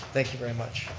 thank you very much.